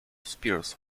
spears